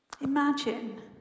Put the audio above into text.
Imagine